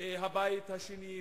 הבית השני,